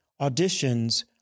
auditions